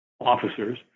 officers